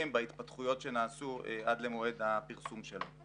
בהתפתחויות שנעשו עד למועד הפרסום שלו.